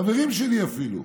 חברים שלי, אפילו,